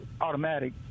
automatic